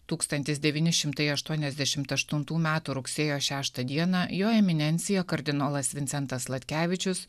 tūkstantis devyni šimtai aštuoniasdešimt aštuntų metų rugsėjo šeštą dieną jo eminencija kardinolas vincentas sladkevičius